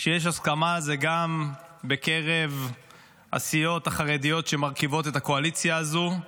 שיש הסכמה על זה גם בקרב הסיעות החרדיות שמרכיבות את הקואליציה הזו.